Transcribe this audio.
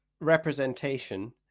representation